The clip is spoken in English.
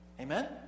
Amen